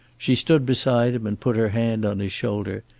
she stood beside him and put her hand on his shoulder,